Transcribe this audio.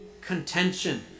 contention